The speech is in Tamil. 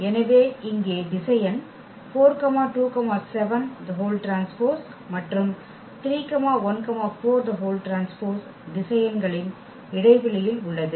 எனவே இங்கே திசையன் மற்றும் திசையன்களின் இடைவெளியில் உள்ளது